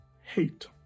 hate